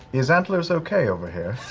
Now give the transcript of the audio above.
is antlers okay over here?